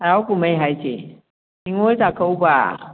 ꯍꯔꯥꯎ ꯀꯨꯝꯍꯩ ꯍꯥꯏꯁꯦ ꯅꯤꯡꯉꯣꯜ ꯆꯥꯛꯀꯧꯕ